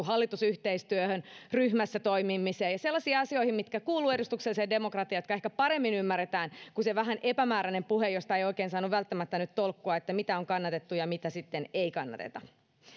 hallitusyhteistyöhön ryhmässä toimimiseen ja sellaisiin asioihin jotka kuuluvat edustukselliseen demokratiaan ja jotka ehkä paremmin ymmärretään kuin se vähän epämääräinen puhe josta ei oikein saanut välttämättä nyt tolkkua sen suhteen mitä on kannatettu ja mitä sitten ei kannateta